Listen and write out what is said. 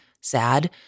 sad